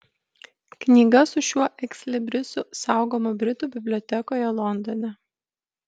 knyga su šiuo ekslibrisu saugoma britų bibliotekoje londone